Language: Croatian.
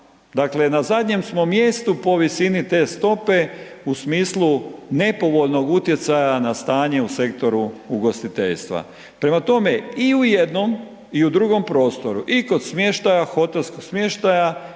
dakle na zadnjem smo mjestu po visini te stope u smislu nepovoljnog utjecaja na stanju u sektoru ugostiteljstva. Prema tome i u jednom i u drugom prostoru, i kod smještaja, hotelskog smještaja